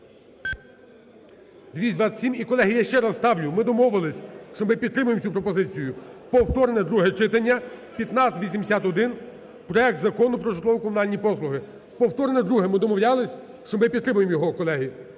колеги, я ще раз ставлю, ми домовилися, що ми підтримаємо цю пропозицію, повторне друге читання, 1581, проект Закону про житлово-комунальні послуги. Повторне друге, ми домовлялися, що ми підтримаємо його, колеги.